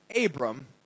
Abram